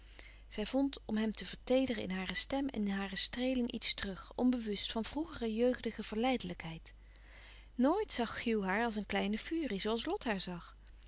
zij vond om hem te verteederen in hare stem en in hare streeling iets terug onbewust van vroegere jeugdige verleidelijkheid nooit zag hugh haar als een kleine furie zoo als lot haar zag